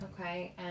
Okay